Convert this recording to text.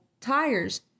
tires